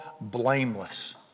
blameless